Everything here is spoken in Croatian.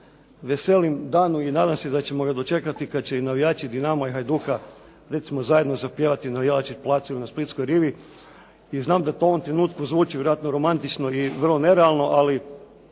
veselim danu i nadam se da ćemo ga dočekati kad će i navijači Dinama i Hajduka recimo zajedno zapjevati na Jelačić placu ili na splitskoj rivi i znam da to u ovom trenutku zvuči vjerojatno romantično i vrlo nerealno. Ali